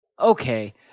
Okay